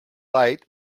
light